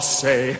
say